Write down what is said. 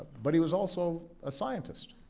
but he was also a scientist.